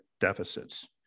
deficits